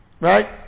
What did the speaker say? Right